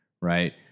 right